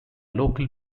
local